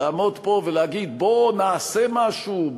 לעמוד פה ולהגיד: בוא נעשה משהו,